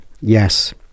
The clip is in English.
yes